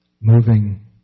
moving